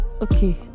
okay